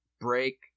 break